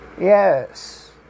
Yes